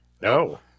No